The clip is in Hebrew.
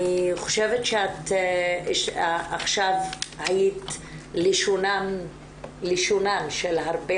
אני חושבת שאת עכשיו היית לשונן של הרבה